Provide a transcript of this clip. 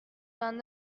vingt